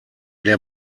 der